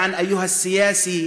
והאנושי,